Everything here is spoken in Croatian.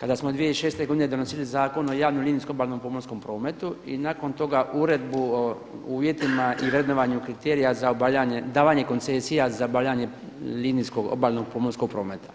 kada smo 2006. donosili Zakon o javnom linijskom obalnom pomorskom prometu i nakon toga Uredbu o uvjetima i vrednovanju kriterija za davanje koncesija za obavljanje linijskog obalnog pomorskog prometa.